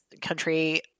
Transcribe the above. country